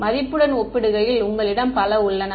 மாணவர் மதிப்புடன் ஒப்பிடுகையில் உங்களிடம் பல உள்ளன